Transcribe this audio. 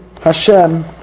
Hashem